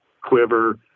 quiver